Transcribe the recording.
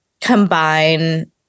combine